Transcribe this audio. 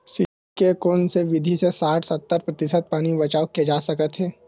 सिंचाई के कोन से विधि से साठ सत्तर प्रतिशत पानी बचाव किया जा सकत हे?